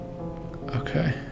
Okay